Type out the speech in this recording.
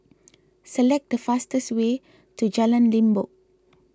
select the fastest way to Jalan Limbok